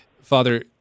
Father